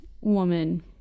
woman